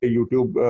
YouTube